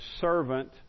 servant